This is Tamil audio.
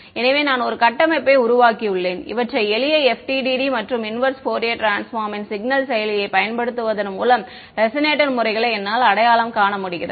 எனவே நான் ஒரு கட்டமைப்பை உருவாக்கியுள்ளேன் இவற்றை எளிய FDTD மற்றும் இன்வெர்ஸ் ஃபோரியர் ட்ரான்ஸ்பார்ம் ன் சிக்னல் செயலியை பயன்படுத்துவதன் மூலம் ரெசனேட்டர் முறைகளை என்னால் அடையாளம் காண முடிகிறது